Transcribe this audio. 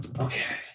Okay